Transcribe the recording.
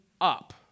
up